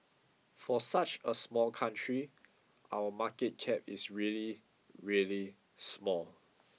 for such a small country our market cap is really really small